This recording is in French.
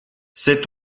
c’est